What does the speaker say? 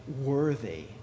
worthy